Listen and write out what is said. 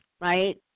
right